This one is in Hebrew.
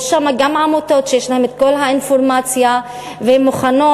יש שם גם עמותות שיש להן את כל האינפורמציה והן מוכנות,